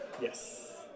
Yes